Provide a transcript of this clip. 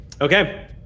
Okay